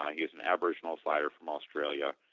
he's an average small fighter from australia.